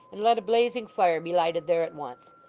and let a blazing fire be lighted there at once.